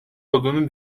olduğunu